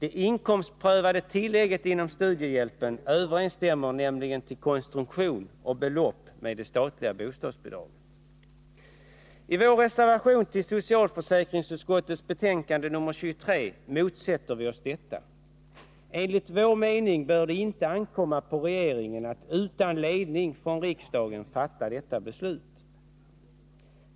Det inkomstprövade tillägget inom studiehjälpen överensstämmer nämligen till konstruktion och belopp med det statliga bostadsbidraget. I vår reservation till socialförsäkringsutskottets betänkande nr 23 motsätter vi oss detta. Enligt vår mening bör det inte ankomma på regeringen att utan ledning från riksdagen fatta detta beslut.